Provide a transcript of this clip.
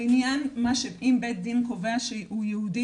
אם בית הדין קובע שהוא יהודי,